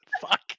Fuck